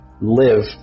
live